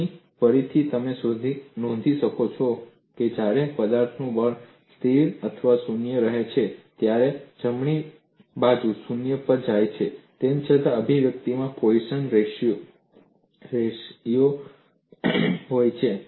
અહીં ફરીથી તમે નોંધ કરી શકો છો કે જ્યારે પદાર્થનું બળ સ્થિર અથવા શૂન્ય રહે છે ત્યારે જમણી બાજુ શૂન્ય પર જાય છે તેમ છતાં અભિવ્યક્તિમાં પોઈસન રેસીઓ હોય છે